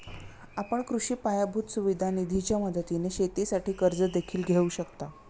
आपण कृषी पायाभूत सुविधा निधीच्या मदतीने शेतीसाठी कर्ज देखील घेऊ शकता